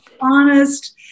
honest